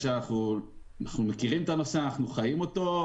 אנחנו מכירים את הנושא ואנחנו חיים אותו.